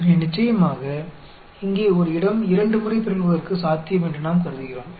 எனவே நிச்சயமாக இங்கே ஒரு இடம் இரண்டு முறை பிறழ்வதற்கு சாத்தியம் என்று நாம் கருதுகிறோம்